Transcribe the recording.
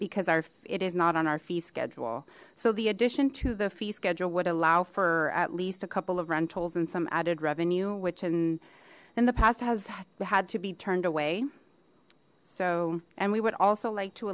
because our it is not on our fee schedule so the addition to the fee schedule would allow for at least a couple of rentals in some added revenue which and in the past has had to be turned away so and we would also like to